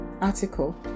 article